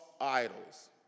idols